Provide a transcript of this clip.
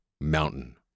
Mountain